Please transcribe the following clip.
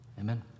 Amen